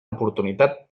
oportunitat